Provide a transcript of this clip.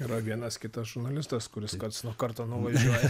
yra vienas kitas žurnalistas kuris karts nuo karto nuvažiuoja